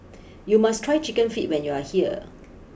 you must try Chicken Feet when you are here